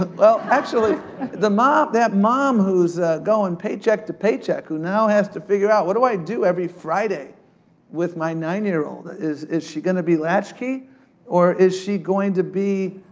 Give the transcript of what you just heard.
ah well, actually the mom, that mom who's going paycheck to paycheck, who now has to figure out, what do i do every friday with my nine-year-old? is is she gonna be latchkey or is she going to be,